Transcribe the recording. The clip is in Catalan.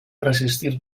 resistir